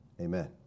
Amen